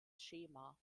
schema